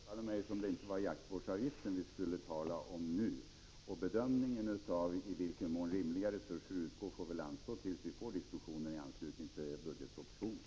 Herr talman! Det förefaller mig som om det inte var jaktvårdsavgiften vi skulle tala om nu. Bedömningen av i vilken mån rimliga resurser utgår får väl anstå till den diskussion vi får i anslutning till budgetpropositionen.